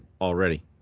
already